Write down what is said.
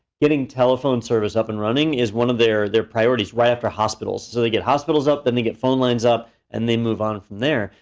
getting telephone service up and running is one of their priorities. priorities. why? for hospitals. and so, they get hospitals up, then they get phone lines up and they move on from there.